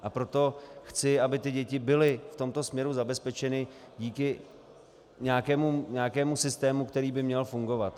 A proto chci, aby děti byly v tomto směru zabezpečeny díky nějakému systému, který by měl fungovat.